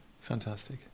Fantastic